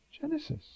Genesis